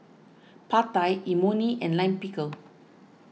Pad Thai Imoni and Lime Pickle